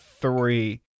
three